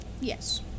Yes